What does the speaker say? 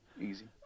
easy